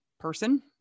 person